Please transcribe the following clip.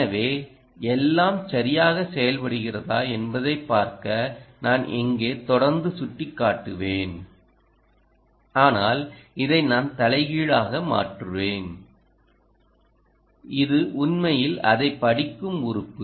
எனவே எல்லாம் சரியாகச் செயல்படுகிறதா என்பதைப் பார்க்க நான் இங்கே தொடர்ந்து சுட்டிக்காட்டுவேன் ஆனால் இதை நான் தலைகீழாக மாற்றுவேன் இது உண்மையில் அதைப் படிக்கும் உறுப்பு